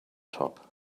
top